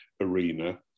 arena